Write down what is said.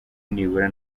nibura